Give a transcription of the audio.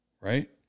right